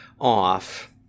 off